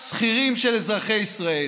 שכירים של אזרחי ישראל.